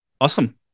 Awesome